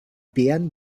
beeren